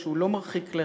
שהוא לא מרחיק לכת,